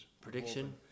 Prediction